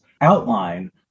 outline